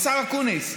השר אקוניס,